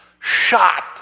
Shot